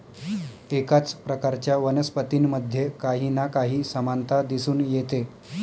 एकाच प्रकारच्या वनस्पतींमध्ये काही ना काही समानता दिसून येते